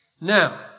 Now